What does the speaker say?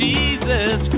Jesus